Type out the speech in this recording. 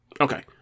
Okay